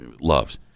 loves